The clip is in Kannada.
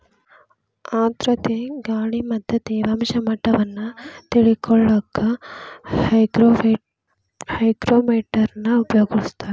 ಆರ್ಧ್ರತೆ ಗಾಳಿ ಮತ್ತ ತೇವಾಂಶ ಮಟ್ಟವನ್ನ ತಿಳಿಕೊಳ್ಳಕ್ಕ ಹೈಗ್ರೋಮೇಟರ್ ನ ಉಪಯೋಗಿಸ್ತಾರ